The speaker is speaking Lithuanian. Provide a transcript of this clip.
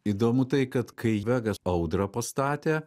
įdomu tai kad kai vega audrą pastatė